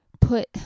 put